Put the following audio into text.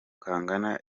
kangana